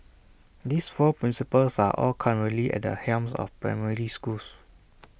these four principals are all currently at the helm of primary schools